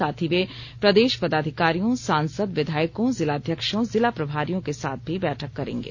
साथ ही वे प्रदेश पदाधिकारियों सांसद विधायकों जिलाध्यक्षों जिला प्रभारियों के साथ भी बैठक करेंगे